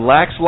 Lax